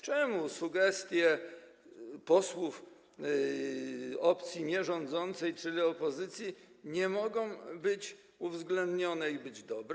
Czemu sugestie posłów opcji nierządzącej, czyli opozycji, nie mogą być uwzględnione i być dobre?